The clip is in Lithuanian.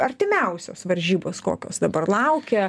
artimiausios varžybos kokios dabar laukia